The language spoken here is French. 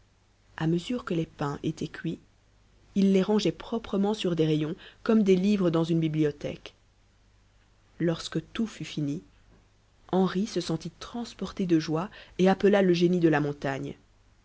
a mesure que les pains étaient cuits il les rangeait proprement sur des rayons comme des livres dans une bibliothèque lorsque tout fut fini henri se sentit transporté de joie et appela le génie de la montagne